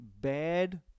bad